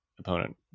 opponent